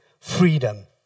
freedom